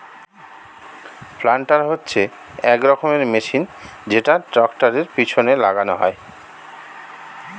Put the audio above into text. planter হচ্ছে এক রকমের মেশিন যেটা ট্র্যাক্টরের পেছনে লাগানো হয়